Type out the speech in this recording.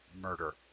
murder